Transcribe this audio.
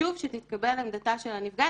חשוב שתתקבל עמדתה של הנפגעת.